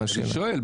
מה השאלה?